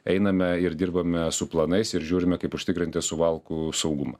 einame ir dirbame su planais ir žiūrime kaip užtikrinti suvalkų saugumą